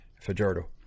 Fajardo